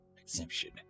exception